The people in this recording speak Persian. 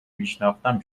میشناختم